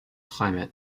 climate